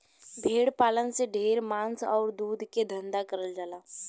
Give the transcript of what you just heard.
भेड़ पालन से ढेर मांस आउर दूध के धंधा करल जाला